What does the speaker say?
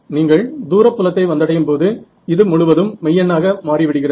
நீங்கள் தூர புலத்தை வந்தடையும் போது இது முழுவதும் மெய்யெண்ணாக மாறிவிடுகிறது